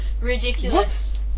ridiculous